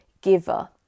giver